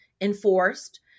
enforced